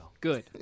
Good